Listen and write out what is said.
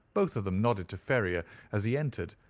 both of them nodded to ferrier as he entered,